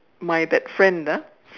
my that friend ah